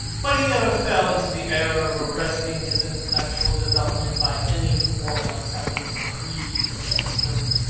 but he never fell into the error of arresting his intellectual development by any formal acceptance of creed or system,